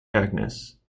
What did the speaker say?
agnes